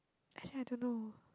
actually I don't know